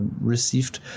received